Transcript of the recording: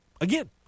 again